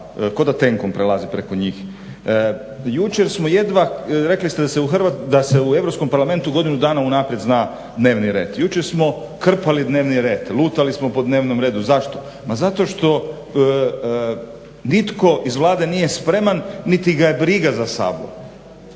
ko da tenkom prelazi preko njih. Jučer smo jedva, rekli ste da se u Europskom parlamentu godinu dana unaprijed zna dnevni red. Jučer smo krpali dnevni red, lutali smo po dnevnom redu, zašto, pa zato što nitko iz Vlade nije spreman niti ga je briga za Sabor.